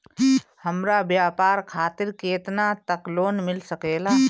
हमरा व्यापार खातिर केतना तक लोन मिल सकेला?